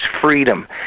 freedom